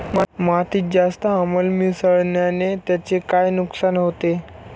मातीत जास्त आम्ल मिसळण्याने त्याचे काय नुकसान होते?